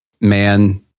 man